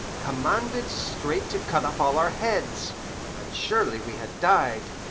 commanded straight to cut off all our heads and surely we had died,